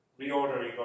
reordering